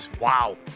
Wow